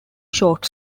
short